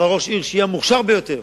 אבל, ראש עיר שיהיה המוכשר ביותר,